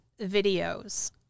videos